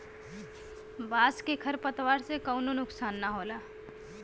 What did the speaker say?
बांस के खर पतवार से कउनो नुकसान ना होला